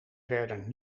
verder